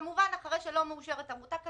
כמובן אחרי שלא מאושרת עמותה כזאת,